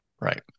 Right